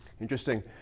Interesting